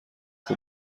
خوب